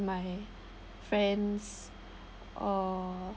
my friends or